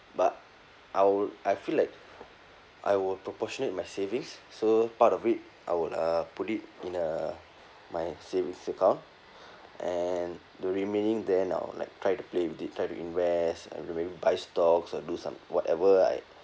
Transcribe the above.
but I will I feel like I will proportionate my savings so part of it I would uh put it in uh my savings account and the remaining then I will like try to play with it try to invest and ma~ maybe buy stocks or do some whatever I